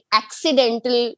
accidental